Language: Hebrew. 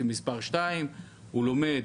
הוא לומד,